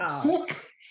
sick